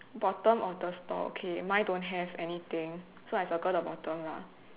bottom of the store okay mine don't have anything so I circle the bottom lah